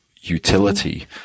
utility